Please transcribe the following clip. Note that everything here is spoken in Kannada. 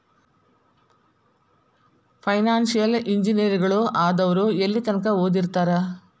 ಫೈನಾನ್ಸಿಯಲ್ ಇಂಜಿನಿಯರಗಳು ಆದವ್ರು ಯೆಲ್ಲಿತಂಕಾ ಓದಿರ್ತಾರ?